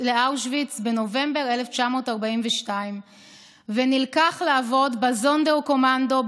בנובמבר 1942 ונלקח לעבוד בזונדרקומנדו,